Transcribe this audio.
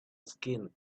skin